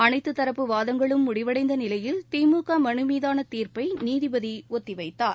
அனைத்துதரப்பு வாதங்களும் முடிவடைந்தநிலையில் திமுகமனுமீதானதீர்ப்பைநீதிபதிஒத்திவைத்தார்